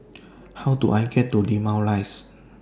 How Do I get to Limau Rise